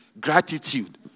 Gratitude